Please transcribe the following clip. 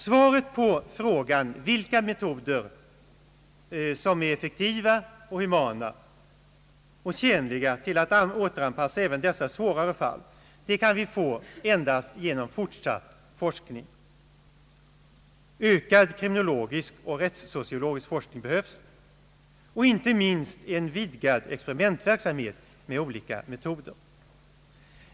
Svaret på frågan vilka metoder som är effektiva, humana och tjänliga till att återanpassa även de svårare fallen kan vi få endast genom fortsatt forskning. Ökad kriminologisk och rättsso ciologisk forskning behövs och inte minst en vidgad experimentverksamhet med olika metoder.